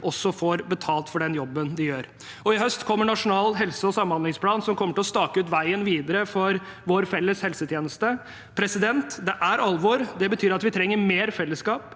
også får betalt for den jobben de gjør. Og i høst kommer Nasjonal helse- og samhandlingsplan, som kommer til å stake ut veien videre for vår felles helsetjeneste. Det er alvor. Det betyr at vi trenger mer fellesskap,